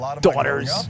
daughters